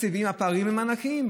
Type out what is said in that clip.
הפערים הם ענקיים.